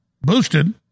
boosted